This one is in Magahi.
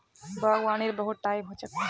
बागवानीर बहुत टाइप ह छेक